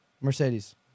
Mercedes